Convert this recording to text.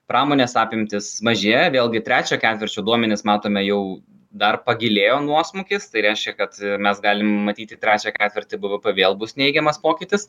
pramonės apimtys mažėja vėlgi trečio ketvirčio duomenis matome jau dar pagilėjo nuosmukis tai reiškia kad mes galim matyti trečią ketvirtį bvp vėl bus neigiamas pokytis